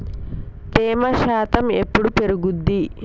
తేమ శాతం ఎప్పుడు పెరుగుద్ది?